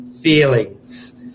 feelings